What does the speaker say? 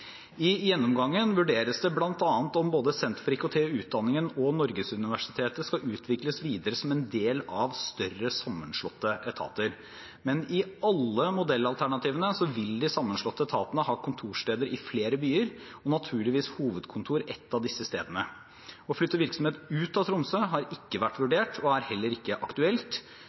I gjennomgangen vurderes det bl.a. om både Senter for IKT i utdanningen og Norgesuniversitetet skal utvikles videre som en del av større, sammenslåtte etater. I alle modellalternativene vil de sammenslåtte etatene ha kontorsted i flere byer og naturligvis hovedkontor ett av disse stedene. Å flytte virksomhet ut av Tromsø har ikke vært vurdert og er heller ikke aktuelt.